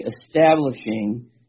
establishing